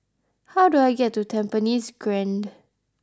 how do I get to Tampines Grande